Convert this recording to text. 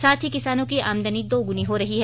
साथ ही किसानों की आमदनी दोगुनी हो रही है